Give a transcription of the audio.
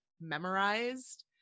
memorized